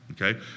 Okay